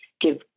Give